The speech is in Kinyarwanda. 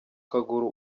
kaguru